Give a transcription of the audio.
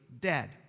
dead